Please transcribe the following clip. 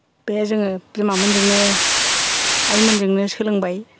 बे जोङो बिमामोनजोंनो आइमोनजोंनो सोलोंबाय